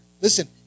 Listen